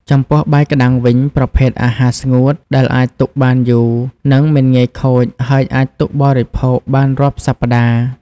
ចំពោះបាយក្ដាំងវិញ ប្រភេទអាហារស្ងួតដែលអាចទុកបានយូរ នេងមិនងាយខូចហើយអាចទុកបរិភោគបានរាប់សប្តាហ៍។ ។